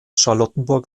charlottenburg